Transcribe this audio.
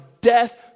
death